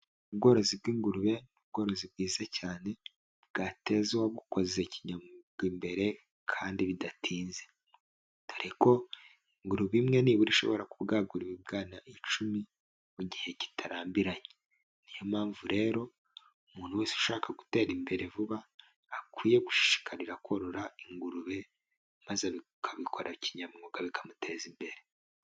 Ubworozi bw'ingurube, ni ubworozi bwiza cyane bwateza uwabukoze kinyamwuga imbere kandi bidatinze. Dore ko ingurube imwe nibura ishobora kubwagura ibibwana icumi mu gihe kitarambiranye. Ni yo mpamvu rero umuntu wese ushaka gutera imbere vuba akwiye gushishikarira korora ingurube maze akabikora kinyamwuga, bikamuteza imbere.